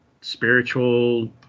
spiritual